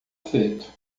feito